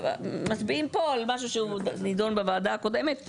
ואז מצביעים פה על משהו שהוא נידון בוועדה הקודמת.